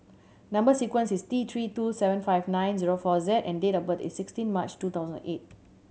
number sequence is T Three two seven five nine zero four Z and date of birth is sixteen March two thousand eight